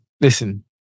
listen